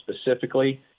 specifically